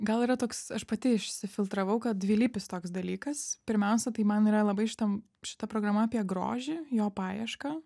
gal yra toks aš pati išsifiltravau kad dvilypis toks dalykas pirmiausia tai man yra labai šitam šita programa apie grožį jo paiešką